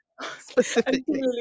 Specifically